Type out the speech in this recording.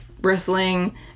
wrestling